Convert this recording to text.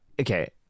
okay